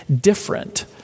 different